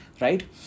right